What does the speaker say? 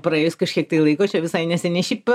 praėjus kažkiek laiko čia visai neseniai šiaip